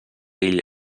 ell